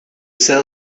sell